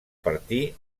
partir